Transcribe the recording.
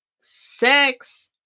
sex